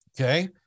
Okay